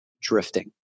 drifting